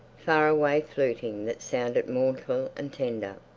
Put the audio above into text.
far-away fluting that sounded mournful and tender.